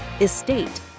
estate